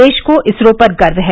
देश को इसरो पर गर्व है